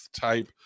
type